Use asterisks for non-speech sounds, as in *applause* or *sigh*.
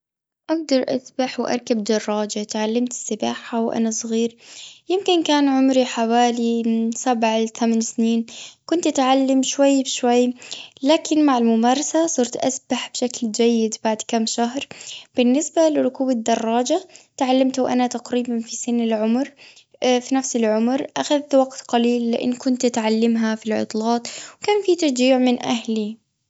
أقدر أسبح واركب دراجة. تعلمت السباحة وأنا صغير، يمكن كان عمري حوالي، *hesitation* من سبع لتمن سنين. كنت أتعلم شوي بشوي، لكن مع الممارسة، صرت أسبح بشكل جيد. بعد كم شهر، بالنسبة لركوب الدراجة، تعلمت وأنا تقريباً في سن- العمر- *hesitation* في نفس العمر. أخذت وقت قليل، لأن كنت أتعلمها في العطلات، وكان في تشجيع من أهلي.